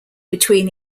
between